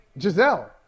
Giselle